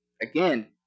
again